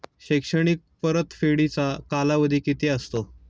शैक्षणिक परतफेडीचा कालावधी किती असतो?